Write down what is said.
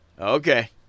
okay